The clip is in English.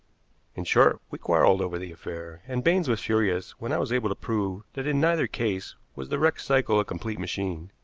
in short, we quarreled over the affair, and baines was furious when i was able to prove that in neither case was the wrecked cycle a complete machine.